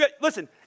Listen